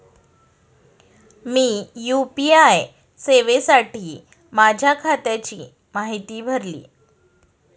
मी UPI सेवेसाठी माझ्या खात्याची माहिती भरली